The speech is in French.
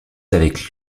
avec